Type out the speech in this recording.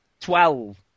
Twelve